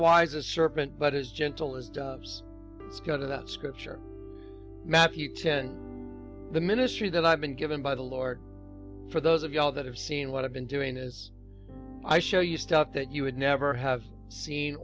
wise a serpent but as gentle as it's got of that scripture matthew ten the ministry that i've been given by the lord for those of you all that have seen what i've been doing is i show you stuff that you would never have seen